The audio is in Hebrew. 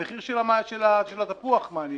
המחיר של התפוח מעניין.